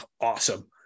awesome